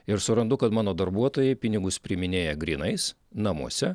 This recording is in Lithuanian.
ir surandu kad mano darbuotojai pinigus priiminėja grynais namuose